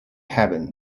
heaven